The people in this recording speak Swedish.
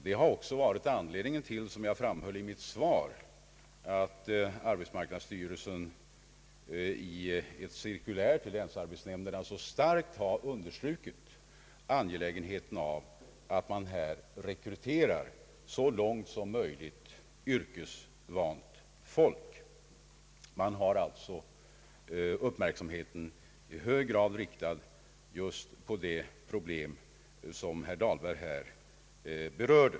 Som jag framhöll i mitt svar, har detta varit anledningen till att arbetsmarknadsstyrelsen i ett cirkulär till länsarbetsnämnderna så starkt understrukit angelägenheten av att yrkesvant folk rekryteras så långt som möjligt. Uppmärksamheten är alltså i hög grad riktad just på det problem som herr Dahlberg berörde.